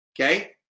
Okay